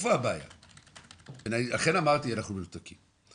לכן אמרתי אנחנו מנותקים,